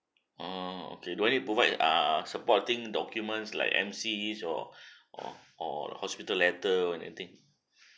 orh okay do I need provide err supporting documents like M_C or or or hospital letter or anything